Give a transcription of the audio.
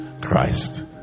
Christ